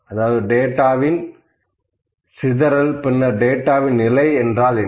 அதாவது டேட்டா சிதறல் பின்னர் டேட்டாவின் நிலை என்றால் என்ன